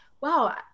wow